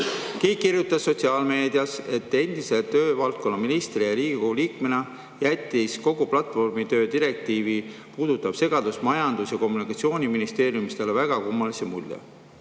Kiik kirjutas sotsiaalmeedias, et [talle kui] endisele töövaldkonna ministrile ja Riigikogu liikmele jättis kogu platvormitöö direktiivi puudutav segadus Majandus- ja Kommunikatsiooniministeeriumis väga kummalise mulje.